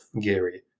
gary